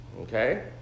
Okay